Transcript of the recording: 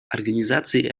организации